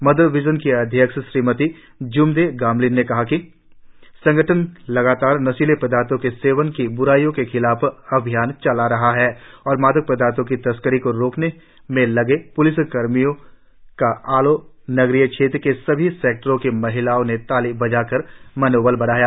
mother Vision की अध्यक्ष श्रीमती ज्मदे गामलिन ने कहा है कि संगठन लगातार नशीले पदार्थों के सेवन की ब्राई के खिलाफ अभियान चला रहा है और मादक पदार्थों की तस्करी को रोकने में लगे प्लिस कर्मियों का आलो नगरीय क्षेत्र के सभी सेक्टरों की महिलाओं ने ताली बजाकर मनोबल बढ़ाया